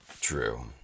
true